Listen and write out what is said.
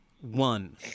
one